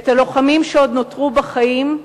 את הלוחמים שעוד נותרו בחיים,